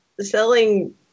selling